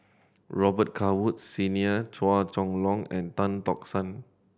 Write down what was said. Robet Carr Woods Senior Chua Chong Long and Tan Tock San